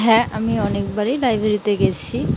হ্যাঁ আমি অনেকবারই লাইব্রেরিতে গিয়েছি